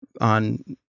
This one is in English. on